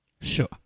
sure